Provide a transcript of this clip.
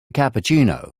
cappuccino